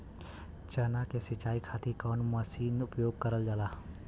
चना के सिंचाई खाती कवन मसीन उपयोग करल जाला?